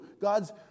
God's